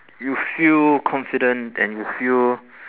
you feel confident and you feel